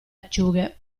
acciughe